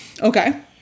Okay